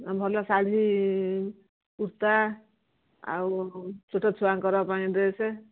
ଭଲ ଶାଢ଼ୀ କୁର୍ତ୍ତା ଆଉ ଛୋଟ ଛୁଆଙ୍କର ପାଇଁ ଡ୍ରେସ୍